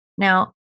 Now